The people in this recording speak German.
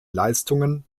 leistungen